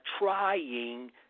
trying